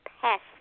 past